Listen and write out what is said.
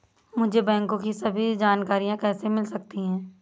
मुझे बैंकों की सभी जानकारियाँ कैसे मिल सकती हैं?